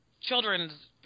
children's